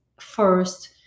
first